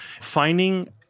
finding